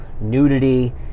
nudity